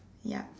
yup